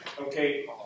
Okay